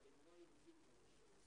הישיבה ננעלה בשעה